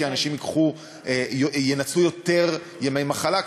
כי אנשים ינצלו יותר ימי מחלה,